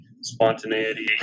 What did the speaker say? spontaneity